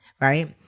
right